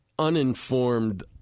uninformed